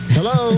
Hello